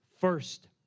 first